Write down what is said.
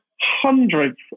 hundreds